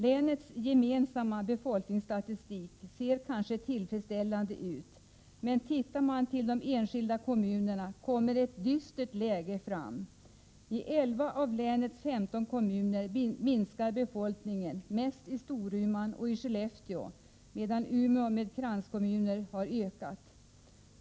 Länets sammanlagda befolkningsstatistik ser kanske tillfredsställande ut, men läget i de enskilda kommunerna är dystert. I 11 av länets 15 kommuner minskar befolkningen, mest i Storuman och i Skellefteå, medan den i Umeå med kranskommuner ökar.